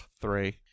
Three